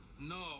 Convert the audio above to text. No